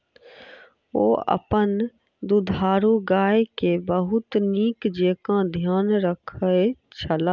ओ अपन दुधारू गाय के बहुत नीक जेँका ध्यान रखै छला